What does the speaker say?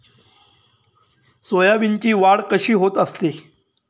सोयाबीनची वाढ कशी होत असते?